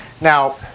Now